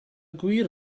gwir